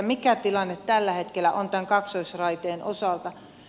mikä tilanne tällä hetkellä on tämän kaksoisraiteen osalta